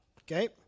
Okay